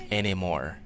anymore